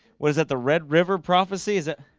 was that the red river prophecy is it?